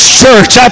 church